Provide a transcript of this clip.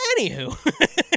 Anywho